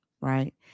right